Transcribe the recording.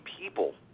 people